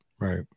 Right